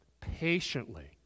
patiently